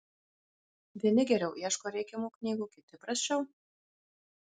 vieni geriau ieško reikiamų knygų kiti prasčiau